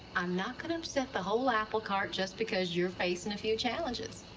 i'm not gonna upset the whole applecart. just because you're facing a few challenges.